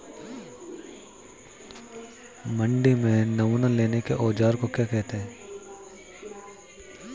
मंडी में नमूना लेने के औज़ार को क्या कहते हैं?